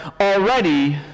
already